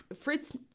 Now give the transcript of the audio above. Fritz